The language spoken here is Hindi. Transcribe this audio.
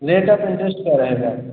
रेट ऑफ़ इन्ट्रस्ट क्या रहेगा